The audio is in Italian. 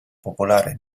popolare